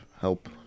help